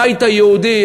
הבית היהודי,